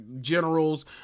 generals